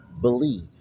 believe